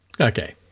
Okay